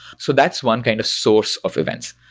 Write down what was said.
so that's one kind of source of events.